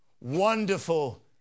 wonderful